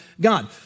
God